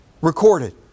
recorded